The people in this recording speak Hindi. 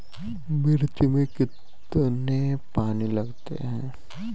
मिर्च में कितने पानी लगते हैं?